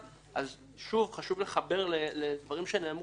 אז חשוב לחבר לדברים שנאמרו כאן עכשיו,